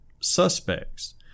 suspects